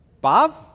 Bob